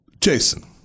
Jason